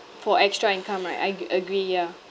for extra income right I g~ agree ya